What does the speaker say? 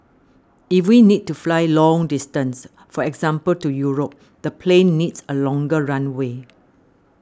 if we need to fly long distance for example to Europe the plane needs a longer runway